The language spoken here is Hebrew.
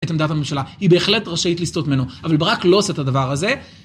את עמדת הממשלה, היא בהחלט רשאית לסטות ממנו, אבל ברק לא עושה את הדבר הזה.